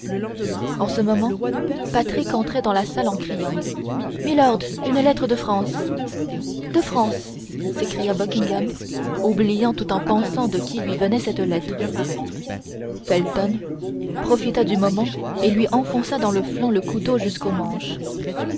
en ce moment patrick entrait dans la salle en criant milord une lettre de france de france s'écria buckingham oubliant tout en pensant de qui lui venait cette lettre felton profita du moment et lui enfonça dans le flanc le couteau jusqu'au manche